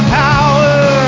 power